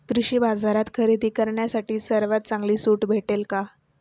कृषी बाजारात खरेदी करण्यासाठी सर्वात चांगली सूट भेटेल का?